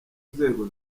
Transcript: inzego